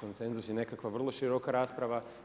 konsenzus i nekakva vrlo široka rasprava.